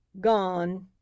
Gone